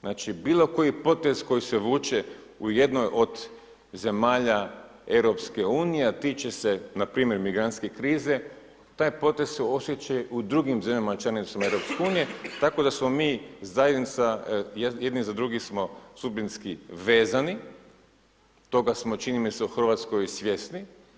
Znači, bilo koji potez koji se vuče u jednoj od zemalja EU, a tiče se npr. migrantske krize, taj potez se osjeća u drugim zemljama članicama EU, tako da smo mi zajednica, jedni za druge smo sudbinski vezani, toga smo čini mi se u RH svjesni.